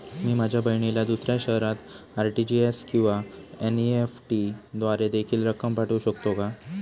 मी माझ्या बहिणीला दुसऱ्या शहरात आर.टी.जी.एस किंवा एन.इ.एफ.टी द्वारे देखील रक्कम पाठवू शकतो का?